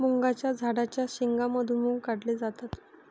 मुगाच्या झाडाच्या शेंगा मधून मुग काढले जातात